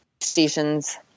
stations